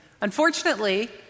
unfortunately